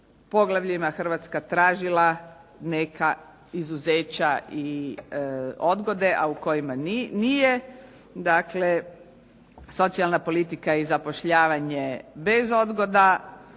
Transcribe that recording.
poglavljima Hrvatska tražila neka izuzeća i odgode, a u kojima nije, dakle socijalna politika i zapošljavanje bez odgoda,